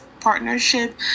partnership